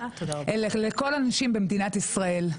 אלא לכל הנשים במדינת ישראל.